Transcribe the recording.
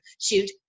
shoot